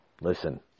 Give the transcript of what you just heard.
Listen